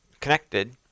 connected